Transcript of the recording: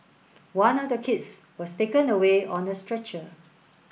one of the kids was taken away on a stretcher